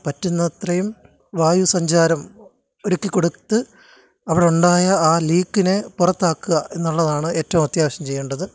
പറ്റുന്നത്രയും വായു സഞ്ചാരം ഒരുക്കി കൊടുത്ത് അവിടെയുണ്ടായ ആ ലീക്കിനെ പുറത്താക്കുക എന്നുള്ളതാണ് ഏറ്റവും അത്യാവശ്യം ചെയ്യേണ്ടത്